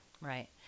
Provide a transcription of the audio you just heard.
Right